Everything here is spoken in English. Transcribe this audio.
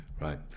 Right